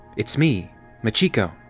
it's me machiko